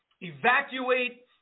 evacuate